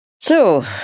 So